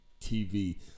TV